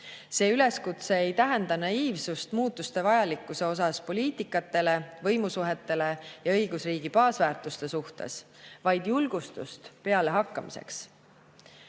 See üleskutse ei tähenda naiivsust muutuste vajalikkuse suhtes poliitikas, võimusuhetes ja õigusriigi baasväärtustes, vaid julgustust pealehakkamiseks.